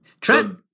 Tread